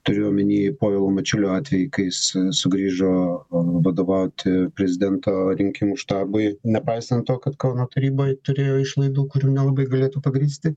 turiu omeny povilo mačiulio atvejį kai jis sugrįžo vadovauti prezidento rinkimų štabui nepaisant to kad kauno taryboj turėjo išlaidų kurių nelabai galėtų pagrįsti